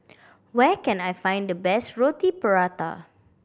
where can I find the best Roti Prata